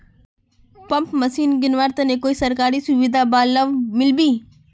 Pump machine किनवार तने कोई सरकारी सुविधा बा लव मिल्बी?